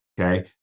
Okay